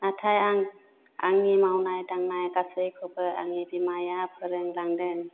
नाथाय आं आंनि मावनाय दांनाय गासैखौबो आंनि बिमाया फोरोंलांदों